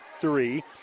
three